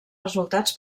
resultats